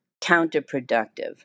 counterproductive